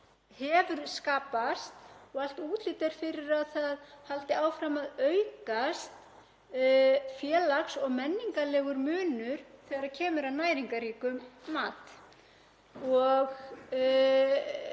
hefur skapast, og allt útlit er fyrir að það haldi áfram að aukast, félags- og menningarlegur munur þegar kemur að næringarríkum mat.